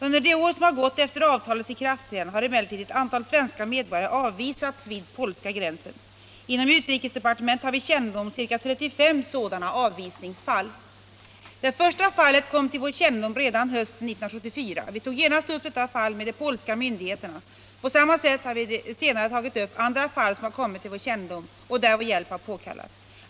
Under de år som har gått efter avtalets ikraftträdande har emellertid ett antal svenska medborgare avvisats vid polska gränsen. Inom utrikesdepartementet har vi kännedom om ca 35 sådana avvisningsfall. Det första fallet kom till vår kännedom redan hösten 1974. Vi tog genast upp detta fall med de polska myndigheterna, och på samma sätt har vi senare tagit upp andra fall som har kommit till vår kännedom och där vår hjälp har påkallats.